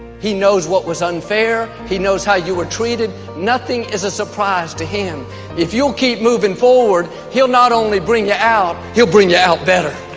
he knows what was unfair he knows how you were treated nothing is a surprise to him if you'll keep moving forward. he'll not only bring you out. he'll bring you out better